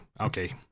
Okay